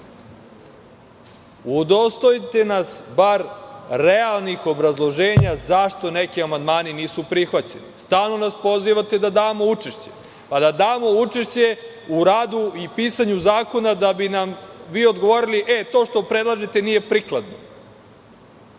udostojite nas bar realnih obrazloženja zašto neki amandmani nisu prihvaćeni. Stalno nas pozivate da damo učešće. Pa, da damo učešće u radu i pisanju zakona, da bi nam vi odgovorili - to što predlažete nije prikladno.